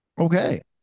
okay